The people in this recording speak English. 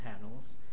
panels